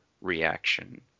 reaction